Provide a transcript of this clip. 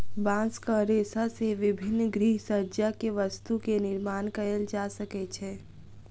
बांसक रेशा से विभिन्न गृहसज्जा के वस्तु के निर्माण कएल जा सकै छै